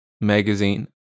magazine